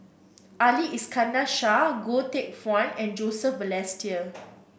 Ali Iskandar Shah Goh Teck Phuan and Joseph Balestier